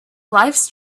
lifes